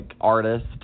artist